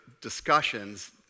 discussions